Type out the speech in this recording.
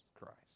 christ